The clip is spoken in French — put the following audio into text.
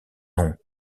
nom